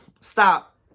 stop